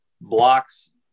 Blocks